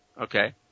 okay